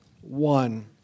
one